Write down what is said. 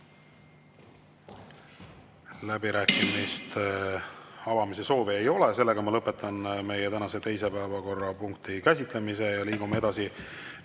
Läbirääkimiste avamise soovi ei ole, seega ma lõpetan meie tänase teise päevakorrapunkti käsitlemise. Liigume edasi